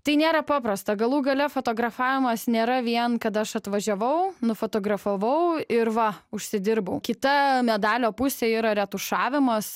tai nėra paprasta galų gale fotografavimas nėra vien kad aš atvažiavau nufotografavau ir va užsidirbau kita medalio pusė yra retušavimas